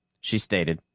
she stated.